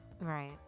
right